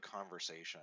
conversation